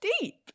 deep